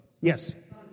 Yes